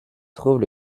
trouvent